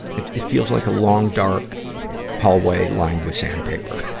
it, it feel like a long, dark hallway lined with sandpaper.